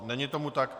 Není tomu tak.